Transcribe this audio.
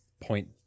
point